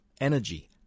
energy